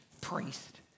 priest